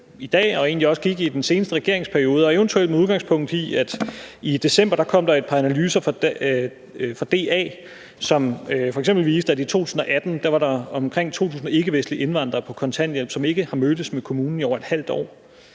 gik i den seneste regeringsperiode – eventuelt med udgangspunkt i et par analyser fra DA, der kom i december, som f.eks. viste, at i 2018 var der omkring 2.000 ikkevestlige indvandrere på kontanthjælp, som ikke har mødtes med kommunen i over et halvt år.